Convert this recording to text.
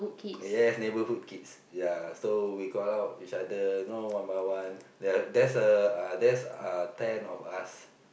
uh yes neighbourhood kids ya so we call out each other you know one by one there there's uh there's uh ten of us